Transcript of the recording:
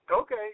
Okay